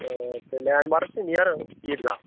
تہٕ لینٛڈمارٕک چھِ نِیَر عیٖدگاہ